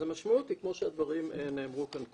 המשמעות היא, כמו שהדברים נאמרו כאן קודם,